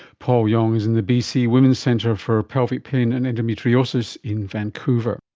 paul yong is in the bc women's centre for pelvic pain and endometriosis in vancouver